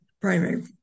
primary